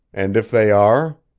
and, if they are?